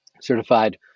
Certified